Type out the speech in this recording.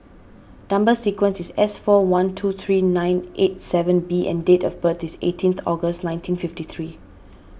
Number Sequence is S four one two three nine eight seven B and date of birth is eighteenth August nineteen fifty three